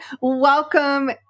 Welcome